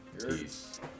Peace